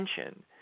attention